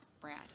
Brad